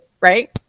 right